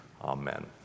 Amen